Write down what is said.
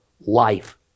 life